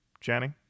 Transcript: Jenny